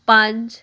ਪੰਜ